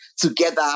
Together